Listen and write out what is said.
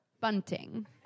bunting